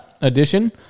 Edition